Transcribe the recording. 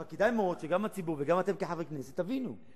אבל כדאי מאוד שגם הציבור וגם אתם כחברי הכנסת תבינו.